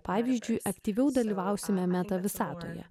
pavyzdžiui aktyviau dalyvausime metavisatoje